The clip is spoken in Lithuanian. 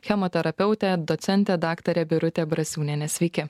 chemoterapeutė docentė daktarė birutė brasiūnienė sveiki